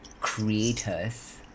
creators